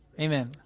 Amen